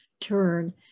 turn